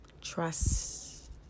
Trust